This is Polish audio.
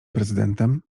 prezydentem